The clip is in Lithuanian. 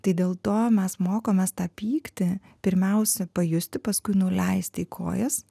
tai dėl to mes mokomės tą pyktį pirmiausia pajusti paskui nuleisti į kojas